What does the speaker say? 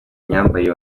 myambarire